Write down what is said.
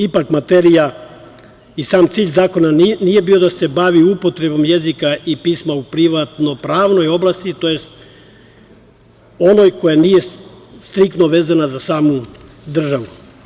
Ipak, materija i sam cilj zakona nije bio da se bavi upotrebom jezika i pisma u privatno-pravnoj oblasti, tj. onoj koja nije striktno vezana za samu državu.